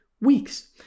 weeks